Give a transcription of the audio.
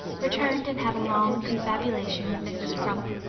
returned and had a long confabulation with mrs. crump,